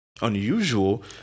unusual